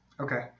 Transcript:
Okay